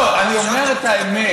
לא, אני אומר את האמת.